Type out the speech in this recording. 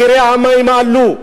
מחירי המים עלו.